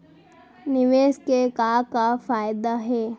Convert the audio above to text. निवेश के का का फयादा हे?